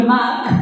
Mark